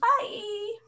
Bye